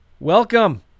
Welcome